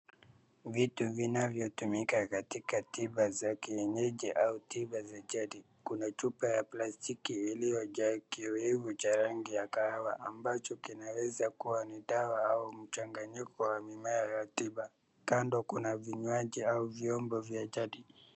Vitu vinavyotumika katika tiba za kienyeji au tiba za jadi. Kuna chupa ya plastiki iliojaa kioimu cha rangi ya kahawa ambacho kinaweza kuwa ni dawa au mchanganyiko wa mimea ya tiba. Kando kuna vinywaji au vyombo vya jadi.